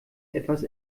etwas